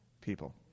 people